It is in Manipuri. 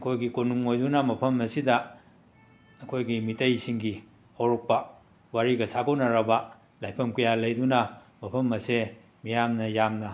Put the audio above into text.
ꯑꯩꯈꯣꯏꯒꯤ ꯀꯣꯅꯨꯡ ꯑꯣꯏꯗꯨꯅ ꯃꯐꯝ ꯑꯁꯤꯗ ꯑꯩꯈꯣꯏꯒꯤ ꯃꯤꯇꯩꯁꯤꯡꯒꯤ ꯍꯧꯔꯛꯄ ꯋꯥꯔꯤꯒ ꯁꯥꯒꯣꯟꯅꯔꯕ ꯂꯥꯏꯐꯝ ꯀꯌꯥ ꯂꯩꯗꯨꯅ ꯃꯐꯝ ꯑꯁꯦ ꯃꯤꯌꯥꯝꯅ ꯌꯥꯝꯅ